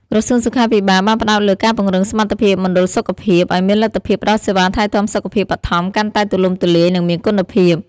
ក្រសួងសុខាភិបាលបានផ្តោតលើ ការពង្រឹងសមត្ថភាពមណ្ឌលសុខភាព ឱ្យមានលទ្ធភាពផ្តល់សេវាថែទាំសុខភាពបឋមកាន់តែទូលំទូលាយ និងមានគុណភាព។